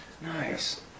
Nice